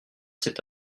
c’est